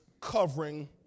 covering